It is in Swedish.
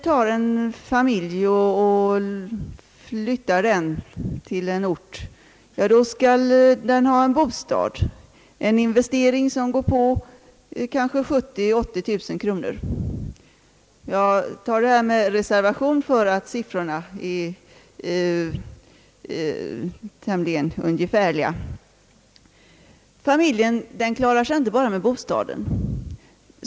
När en familj flyttar till en ort, skall den ha en bostad, en investering på 70 000 å 80 000 kronor — jag talar med reservation för att siffrorna är tämligen ungefärliga. Familjen klarar sig inte bara med bostad.